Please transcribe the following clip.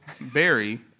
Barry